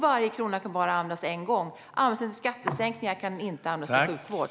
Varje krona kan bara användas en gång. Om den används till skattesänkningar kan den inte användas till sjukvård.